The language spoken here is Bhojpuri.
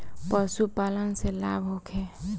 पशु पालन से लाभ होखे?